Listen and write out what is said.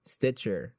Stitcher